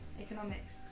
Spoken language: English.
Economics